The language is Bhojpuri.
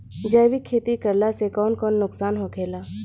जैविक खेती करला से कौन कौन नुकसान होखेला?